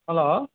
hello